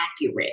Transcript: accurate